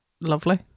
lovely